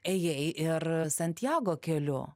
ėjai ir santjago keliu